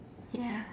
ya